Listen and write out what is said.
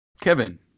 Kevin